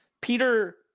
Peter